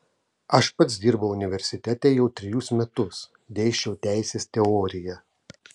aš pats dirbau universitete jau trejus metus dėsčiau teisės teoriją